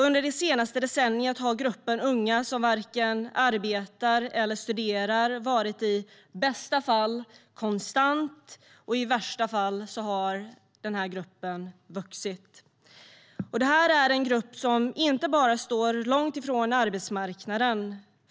Under det senaste decenniet har gruppen unga som varken arbetar eller studerar varit i bästa fall konstant, och i värsta fall har den gruppen vuxit. Det är en grupp som inte bara står långt ifrån arbetsmarknaden.